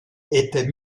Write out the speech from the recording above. était